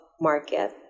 market